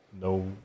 no